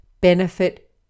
benefit